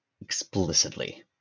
Explicitly